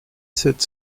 sept